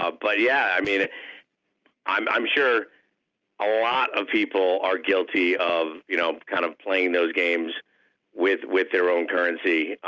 but yeah. i mean i'm i'm sure a lot of people are guilty of you know kind of playing those games with with their own currency,